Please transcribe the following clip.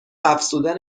افزودن